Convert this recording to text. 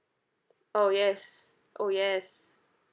oh yes oh yes